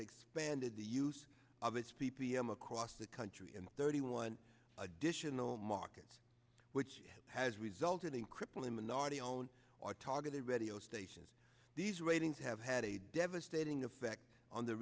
expanded the use of its p p m across the country and thirty one additional markets which has resulted in crippling minority owned or targeted ready or stations these ratings have had a devastating effect on the